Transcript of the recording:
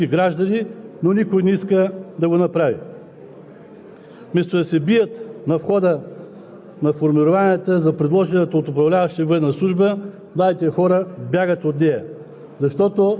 Сега има възможност в съществуващите разпоредби, както в Закона за резерва, така и в Закона за отбраната и въоръжените сили, да се приемат на служба български граждани, но никой не иска да го направи.